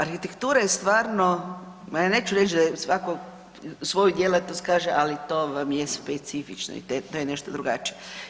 Arhitektura je stvarno ma ja neću reći da svatko za svoju djelatnost kaže, ali to vam je specifično i to je nešto drugačije.